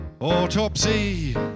Autopsy